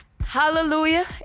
Hallelujah